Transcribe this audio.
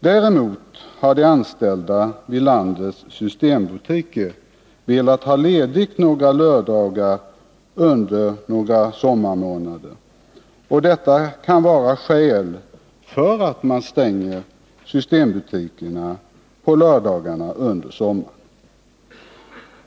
Däremot har de anställda vid landets systembutiker velat ha ledigt några lördagar under några sommarmånader. Och detta kan vara skäl för att stänga systembutikerna på lördagarna under sommaren.